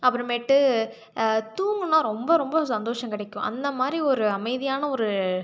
அப்புறமேட்டு தூங்கினா ரொம்ப ரொம்ப சந்தோஷம் கிடைக்கும் அந்த மாதிரி ஒரு அமைதியான ஒரு